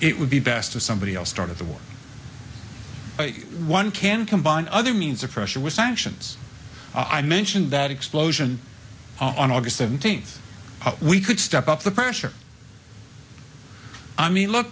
it would be best to somebody else started the war but one can combine other means of pressure with sanctions i mentioned that explosion on aug seventeenth we could step up the pressure i mean look